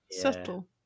Subtle